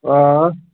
آ